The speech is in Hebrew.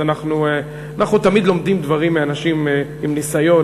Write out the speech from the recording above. אנחנו תמיד לומדים דברים מאנשים עם ניסיון,